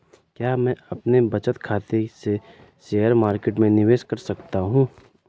क्या मैं अपने बचत खाते से शेयर मार्केट में निवेश कर सकता हूँ?